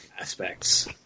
aspects